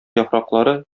яфраклары